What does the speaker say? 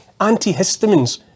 antihistamines